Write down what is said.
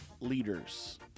leaders